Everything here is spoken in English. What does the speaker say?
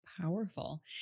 powerful